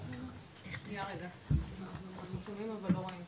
סליחה, גלעד רגע, מטפלים בזה.